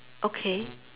okay